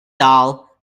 doll